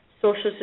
Social